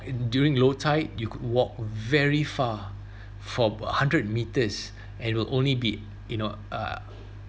and during low tide you could walk very far for about hundred meters and will only be you know uh